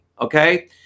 okay